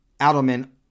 Adelman